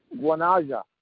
Guanaja